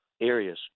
areas